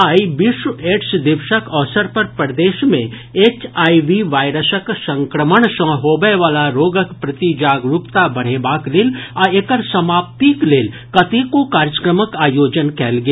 आइ विश्व एड्स दिवसक अवसर पर प्रदेश मे एच आई वी वायरसक संक्रमण सँ होबयवला रोगक प्रति जागरूकता बढ़ेबाक लेल आ एकर समाप्तिक लेल कतेको कार्यक्रमक आयोजन कयल गेल